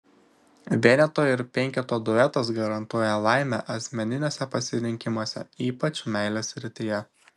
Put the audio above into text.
vieneto ir penketo duetas garantuoja laimę asmeniniuose pasirinkimuose ypač meilės srityje